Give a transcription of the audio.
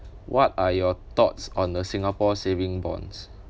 what are your thoughts on the singapore saving bonds